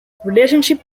relationship